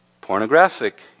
pornographic